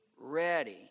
ready